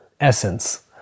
essence